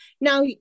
now